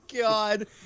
god